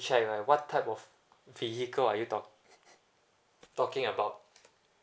check right what type of vehicle are you talk~ talking about